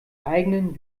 eigenen